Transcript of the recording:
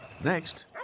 next